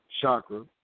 Chakra